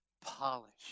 polish